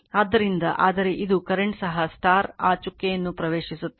ಆದ್ದರಿಂದ ಆದರೆ ಇದು ಕರೆಂಟ್ ಸಹ ಆ ಚುಕ್ಕೆಯನ್ನು ಪ್ರವೇಶಿಸುತ್ತದೆ